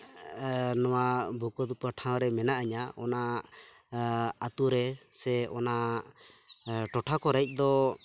ᱱᱚᱣᱟ ᱵᱩᱠᱟᱹ ᱛᱚᱯᱟ ᱴᱷᱟᱶ ᱨᱮ ᱢᱮᱱᱟᱜᱤᱧᱟᱹ ᱚᱱᱟ ᱟᱹᱛᱩ ᱨᱮ ᱥᱮ ᱚᱱᱟ ᱴᱚᱴᱷᱟ ᱠᱚᱨᱮᱫ ᱫᱚ